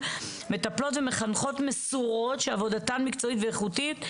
מטפלות ומחנכות מסורות שעבודתן מקצועית ואיכותית.